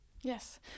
Yes